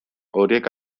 horiek